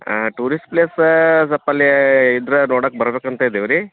tourist ಪ್ಲೇಸಾ ಸ್ವಲ್ಪ ಅಲ್ಲೇ ಇದರ ನೋಡಕ್ಕೆ ಬರಬೇಕಂತ ಇದ್ದೀವಿ ರೀ